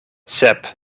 sep